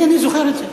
הנה אני זוכר את זה.